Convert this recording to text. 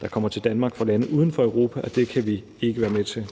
der kommer til Danmark fra lande uden for Europa, og det kan vi ikke være med til.